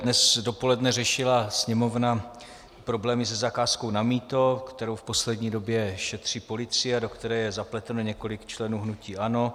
Dnes dopoledne řešila Sněmovna problémy se zakázkou na mýto, kterou v poslední době šetří policie a do které je zapleteno několik členů hnutí ANO.